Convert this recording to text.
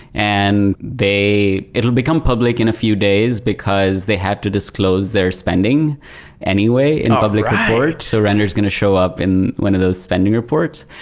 and it will become public in a few days, because they have to disclose their spending anyway in a public report. so render is going to show up in one of those spending reports.